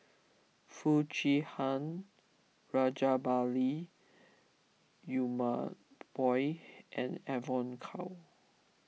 Foo Chee Han Rajabali Jumabhoy and Evon Kow